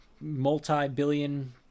multi-billion